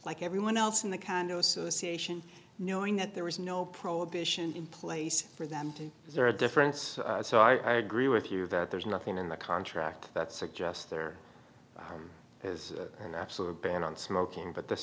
like everyone else in the condo association knowing that there was no prohibition in place for them to is there a difference so i agree with you that there's nothing in the contract that suggests there is an absolute ban on smoking but this